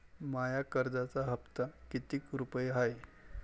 माया कर्जाचा हप्ता कितीक रुपये हाय?